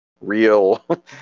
real